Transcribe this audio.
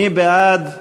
מי בעד?